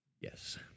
Yes